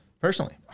personally